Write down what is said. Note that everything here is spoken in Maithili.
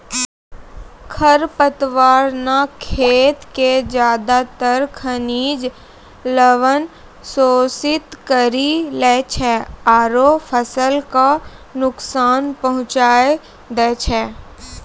खर पतवार न खेत के ज्यादातर खनिज लवण शोषित करी लै छै आरो फसल कॅ नुकसान पहुँचाय दै छै